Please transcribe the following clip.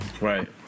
Right